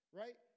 right